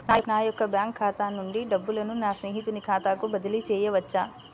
నా యొక్క బ్యాంకు ఖాతా నుండి డబ్బులను నా స్నేహితుని ఖాతాకు బదిలీ చేయవచ్చా?